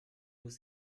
was